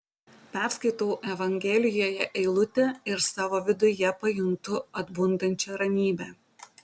perskaitau evangelijoje eilutę ir savo viduje pajuntu atbundančią ramybę